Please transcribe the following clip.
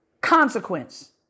consequence